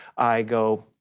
i go,